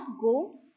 go